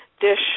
dish